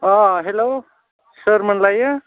अ hello सोरमोनलायो